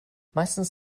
meistens